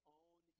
own